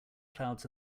clouds